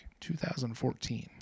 2014